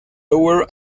lower